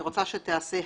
אני רוצה שתיעשה הפרדה.